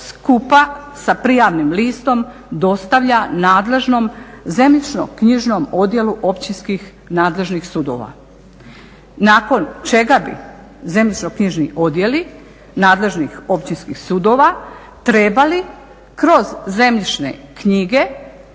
skupa sa prijavnim listom dostavlja nadležnom zemljišnom knjižnom odjelu općinskih nadležnih sudova. Nakon čega bi zemljišno knjižni odjeli nadležnih općinskih sudova trebali kroz zemljišne knjige